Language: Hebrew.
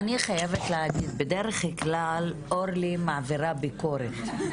אני חייבת להגיד, בדרך כלל אורלי מעבירה ביקורת.